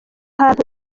ahantu